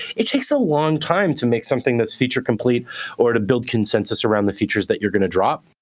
it takes a long time to make something that's feature complete or to build consensus around the features that you're going to drop.